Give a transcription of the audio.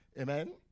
Amen